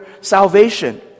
salvation